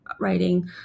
writing